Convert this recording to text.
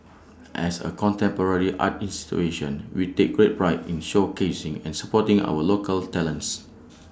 as A contemporary art institution we take great pride in showcasing and supporting our local talents